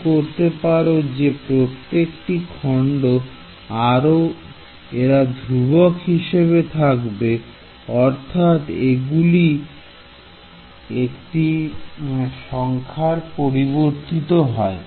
তাই করতে পারো যে প্রত্যেকটি খন্ডে এরা ধ্রুবক হিসেবে থাকবে অর্থাৎ এগুলি একটি সংখ্যার পরিবর্তিত হয়